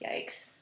Yikes